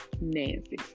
Nancy